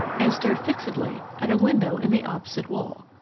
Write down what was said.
and stare fixedly at a window in the opposite wall.